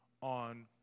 on